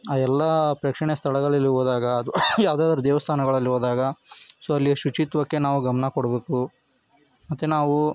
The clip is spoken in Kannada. ಆ ಎಲ್ಲ ಪ್ರೇಕ್ಷಣೀಯ ಸ್ಥಳಗಳಲ್ಲಿ ಹೋದಾಗ ಅದು ಯಾವುದಾದ್ರು ದೇವಸ್ಥಾನಗಳಲ್ಲಿ ಹೋದಾಗ ಸೊ ಅಲ್ಲಿ ಶುಚಿತ್ವಕ್ಕೆ ನಾವು ಗಮನ ಕೊಡಬೇಕು ಮತ್ತು ನಾವು